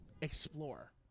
explore